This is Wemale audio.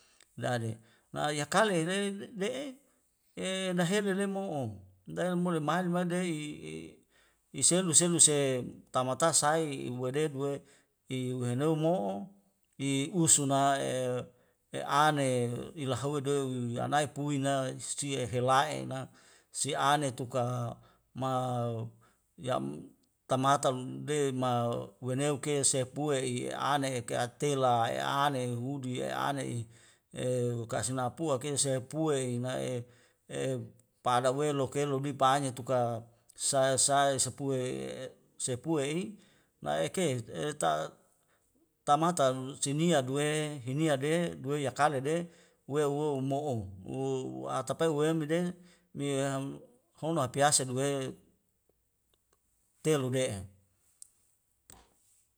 La ale la aya kalelei le'e e dahelere mo'o daheler mo le madi madia'i iselu selu se tamata sai i buadedu e i wehenomo mo'o i usuna e e ane ilahuwei dawei yu anai pui na sie helaina si ane tuka ma yam tamata lunlema weneu ke sepbua i'ane eka tela e ane hudu ya ane'i e kas napua keo sa ya pue inae'e e pada welu kelo nipanya tuka saya saya sepue'e sepue i nae'eke e ta tamata sinia duwe hinia de duwei yakale'e weu wo'o umo'o u uwatapae uwem bede miam homa mapiase duwe telu de'e